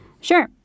Sure